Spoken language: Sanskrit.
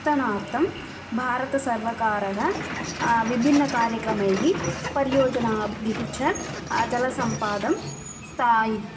थनार्थं भारतसर्वकारः विभिन्नकार्यक्रमैः परियोजनाभिः च जलसम्पादनं स्थायित्